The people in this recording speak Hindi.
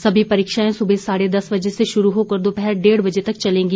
सभी परीक्षाएं सुबह साढ़े दस बजे से शुरू होकर दोपहर डेढ़ बजे तक चलेंगी